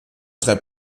drei